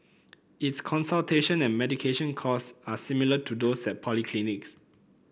its consultation and medication cost are similar to those at polyclinics